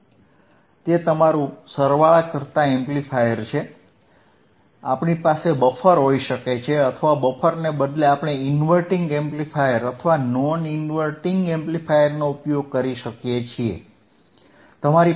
તે તમારું સરવાળા કરતા એમ્પ્લીફાયર છે આપણી પાસે બફર હોઈ શકે છે અથવા બફરને બદલે આપણે ઇન્વર્ટીંગ એમ્પ્લીફાયર અથવા નોન ઇન્વર્ટીંગ એમ્પ્લીફાયરનો ઉપયોગ કરી શકીએ છીએ